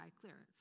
clearance